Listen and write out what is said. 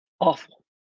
Awful